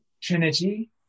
trinity